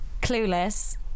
Clueless